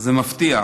מפתיע.